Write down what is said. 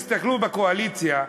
תסתכלו בקואליציה,